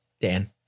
Dan